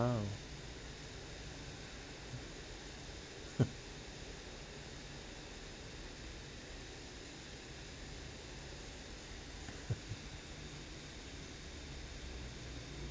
!wow!